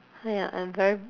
ya I'm very